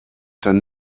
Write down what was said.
done